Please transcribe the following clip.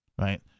right